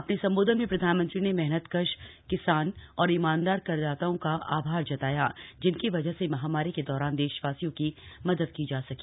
अपने संबोधन में प्रधानमंत्री ने मेहनतकश किसान और ईमानदार करदाताओं का आभार जताया जिनकी वजह से महामारी के दौरान देशवासियों की मदद की जा सके